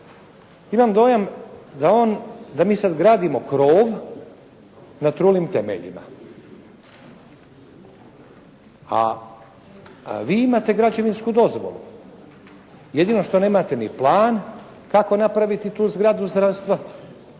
Imam dojam da on, da mi sada gradimo krov na trulim temeljima, a vi imate građevinsku dozvolu. Jedino što nemate ni plan kako napraviti tu zgradu zdravstva,